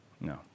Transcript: No